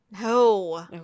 no